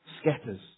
scatters